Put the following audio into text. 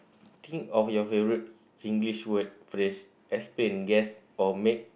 think of your favourite Singlish word phrase explain guess or make